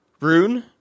rune